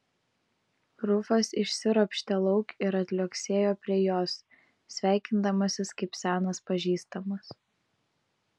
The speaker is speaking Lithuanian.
rufas išsiropštė lauk ir atliuoksėjo prie jos sveikindamasis kaip senas pažįstamas